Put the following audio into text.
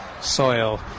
soil